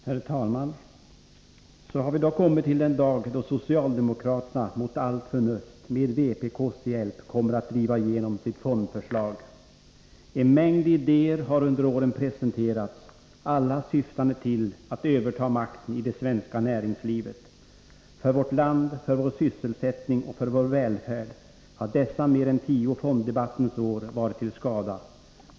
Herr talman! Så har vi då kommit till den dag då socialdemokraterna mot allt förnuft med vpk:s hjälp kommer att driva igenom sitt fondförslag. En mängd idéer har under åren presenterats, alla syftande till att överta makten i det svenska näringslivet. För vårt land, för vår sysselsättning och för vår välfärd har dessa mer än tio fonddebattens år varit till skada.